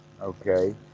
okay